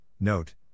note